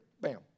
Bam